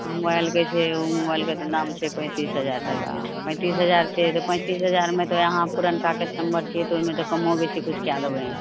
मोबाइलके छै ओ मोबाइलके तऽ दाम छै पैंतीस हजार टाका पैंतीस हजार छै तऽ पैंतीस हजारमे तऽ अहाँ पुरनका कस्टमर छियै तऽ ओइमे तऽ कम्मो बेसी किछु कए देबय